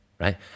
right